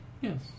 Yes